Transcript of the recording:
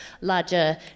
larger